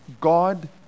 God